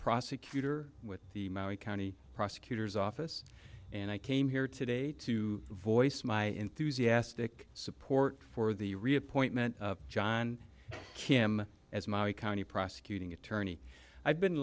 prosecutor with the county prosecutor's office and i came here today to voice my enthusiastic support for the reappointment john kim as my county prosecuting attorney i've been